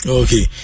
okay